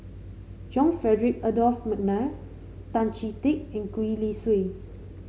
John Frederick Adolphus McNair Tan Chee Teck and Gwee Li Sui